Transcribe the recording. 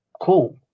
Cool